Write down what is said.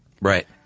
Right